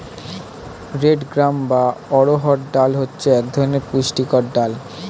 red gram বা অড়হর ডাল হচ্ছে এক ধরনের পুষ্টিকর ডাল